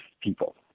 people